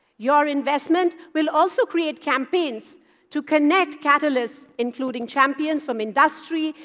your investment will also create campaigns to connect catalysts, including champions from industry,